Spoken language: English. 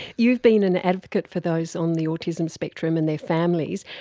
you've been an advocate for those on the autism spectrum and their families.